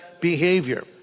behavior